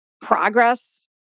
progress